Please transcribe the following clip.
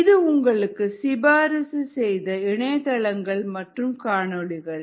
இது உங்களுக்கு சிபாரிசு செய்த இணையதளங்கள் மற்றும் காணொளிகள்